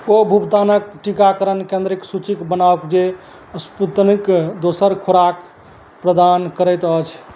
को भुगतानके टीकाकरण केन्द्रके सूचि बनाउ जे स्पुतनिक दोसर खोराक प्रदान करैत अछि